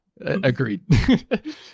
agreed